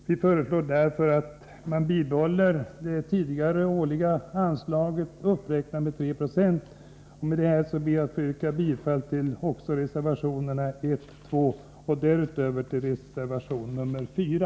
Vi föreslår därför att det tidigare årliga anslaget räknas upp med 3 96. Med detta ber jag att få yrka bifall också till reservationerna 1, 2 och 4.